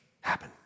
happen